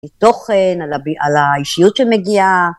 היא תוכן על ב.. על האישיות שמגיעה